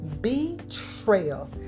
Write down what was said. Betrayal